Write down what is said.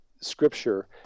scripture